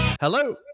hello